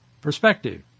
perspective